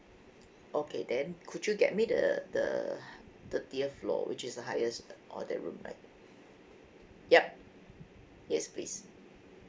okay then could you get me the the thirtieth floor which is the highest on the room right yup yes please